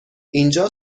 اینجا